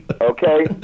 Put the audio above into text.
Okay